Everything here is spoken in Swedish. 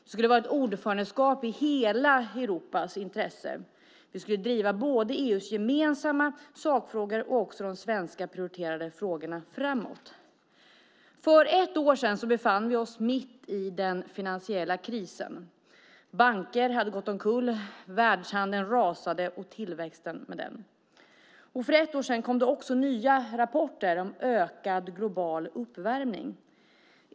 Det skulle vara ett ordförandeskap i hela Europas intressen. Vi skulle driva både EU:s gemensamma sakfrågor och de svenska prioriterade frågorna framåt. För ett år sedan befann vi oss mitt i den finansiella krisen. Banker hade gått omkull, världshandeln rasade och tillväxten med den. För ett år sedan kom det nya rapporter om ökad global uppvärmning.